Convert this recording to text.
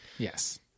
Yes